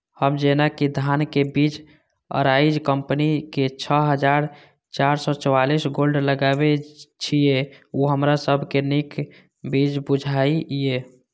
हम जेना कि धान के बीज अराइज कम्पनी के छः हजार चार सौ चव्वालीस गोल्ड लगाबे छीय उ हमरा सब के नीक बीज बुझाय इय?